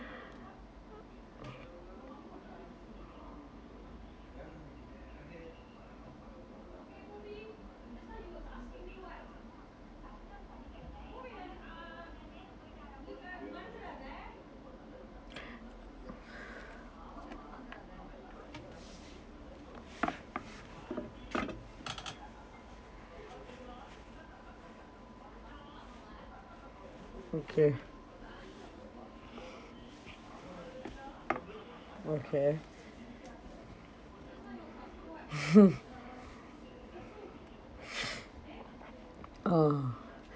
okay okay ah